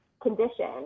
condition